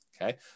okay